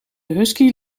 husky